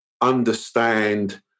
understand